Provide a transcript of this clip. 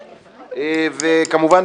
כמובן,